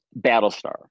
Battlestar